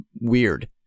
weird